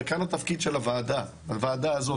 וכאן התפקיד של הוועדה הזאת,